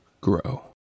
grow